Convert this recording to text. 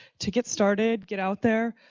to get started, get out there,